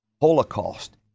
holocaust